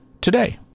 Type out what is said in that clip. Today